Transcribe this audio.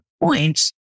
points